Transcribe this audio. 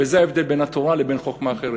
וזה ההבדל בין התורה לבין חוכמה אחרת.